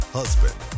husband